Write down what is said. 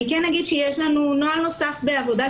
אני אגיד שיש לנו גם נוהל נוסף בעבודה,